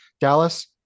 Dallas